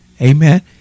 Amen